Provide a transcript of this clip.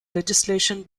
legislation